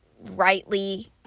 rightly